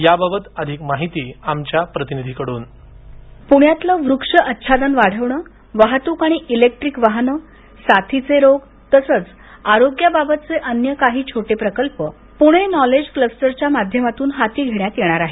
याबाबत अधिक माहिती आमच्या प्रतिनिधीकडून ध्वनी पुण्यातलं वृक्ष आच्छादन वाढवणं वाहतूक आणि इलेक्ट्रिक वाहनं साथीचे रोग तसंच आरोग्याबाबतचे अन्य काही छोटे प्रकल्प पुणे नॉलेज क्लस्टरच्या माध्यमातून हाती घेण्यात येणार आहेत